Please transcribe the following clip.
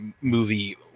movie